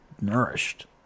nourished